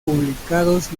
publicados